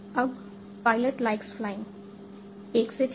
अब pilot likes flying 1 से 4